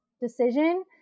decision